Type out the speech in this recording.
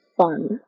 fun